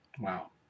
Wow